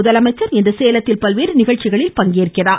முதலமைச்சர் இன்று சேலத்தில் பல்வேறு நிகழ்ச்சிகளில் கலந்துகொள்கிறார்